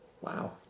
wow